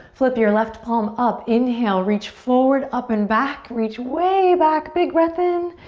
flip your left palm up. inhale, reach forward, up and back. reach way back, big breath in.